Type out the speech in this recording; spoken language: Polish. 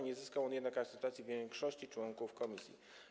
Nie zyskał on jednak akceptacji większości członków komisji.